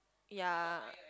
yea